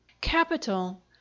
Capital